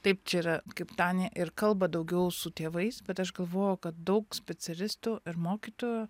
taip čia yra kaip tanya ir kalba daugiau su tėvais bet aš galvoju kad daug specialistų ir mokytojų